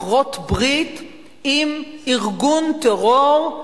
לכרות ברית עם ארגון טרור,